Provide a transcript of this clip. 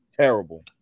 Terrible